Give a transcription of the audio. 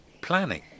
planning